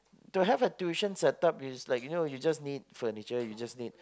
to have a tuition set up is like you know you just need like furniture you just need